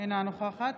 אינה נוכחת